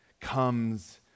comes